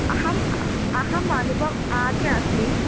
अहम् अहम् अनुबव् अधुना अस्मि